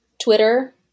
Twitter